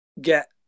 get